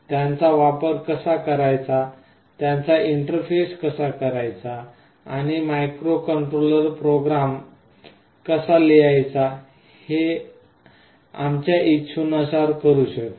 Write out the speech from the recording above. त्यांचा वापर कसा करायचा त्यांचा इंटरफेस कसा करायचा आणि मायक्रोकंट्रोलरमध्ये प्रोग्राम microcontroller program कसा लिहायचा हे आमच्या ईच्छेनुसार करू शकतो